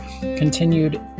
continued